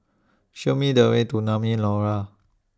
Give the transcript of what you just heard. Show Me The Way to Naumi Liora